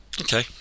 Okay